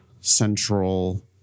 central